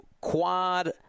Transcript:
Quad